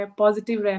positive